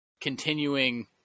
continuing